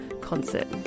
concert